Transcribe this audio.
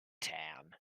tan